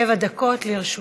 שבע דקות לרשותך.